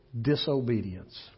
disobedience